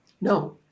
No